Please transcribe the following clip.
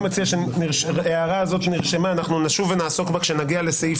אני מציע שנשוב ונעסוק בהערה הזאת שנרשמה כשנגיע לסעיף